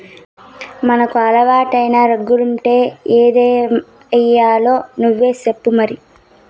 మనకు అలవాటైన రాగులొద్దంటే ఏమయ్యాలో నువ్వే సెప్పు మరి